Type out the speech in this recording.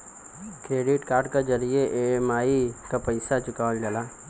credit card के जरिये EMI क पइसा चुकावल जा सकला